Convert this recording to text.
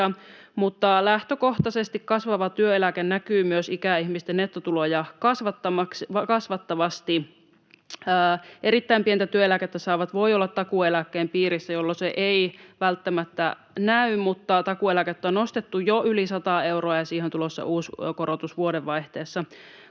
lähtökohtaisesti kasvava työeläke näkyy myös ikäihmisten nettotuloja kasvattavasti. Erittäin pientä työeläkettä saavat voivat olla takuueläkkeen piirissä, jolloin se ei välttämättä näy, mutta takuueläkkeen määrää on nostettu jo yli sata euroa, ja siihen on tulossa uusi korotus vuodenvaihteessa.